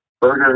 burger